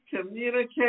communicate